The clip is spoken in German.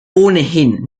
ohnehin